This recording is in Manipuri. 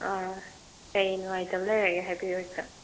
ꯑꯥ ꯀꯩ ꯅꯨꯡꯉꯥꯏꯇꯕ ꯂꯩꯔꯒꯦ ꯍꯥꯏꯕꯤꯌꯨ ꯍꯦꯛꯇ